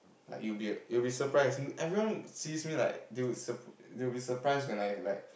like you be you be surprised everyone sees me like you you be surprised when I like